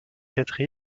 quatre